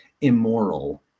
immoral